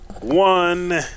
one